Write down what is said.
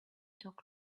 talk